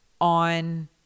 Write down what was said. on